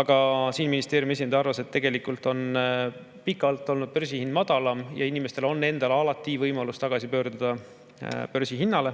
Aga ministeeriumi esindaja arvas, et tegelikult on pikalt olnud börsihind madalam ja inimestel on endal alati võimalus tagasi pöörduda börsihinnale.